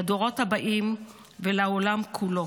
לדורות הבאים ולעולם כולו